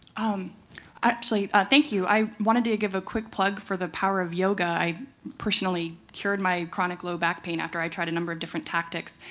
um actually, thank you. i wanted to give a quick plug for the power of yoga. i personally cured my chronic low back pain after i tried a number of different tactics.